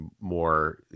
more